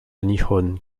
nihon